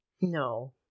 No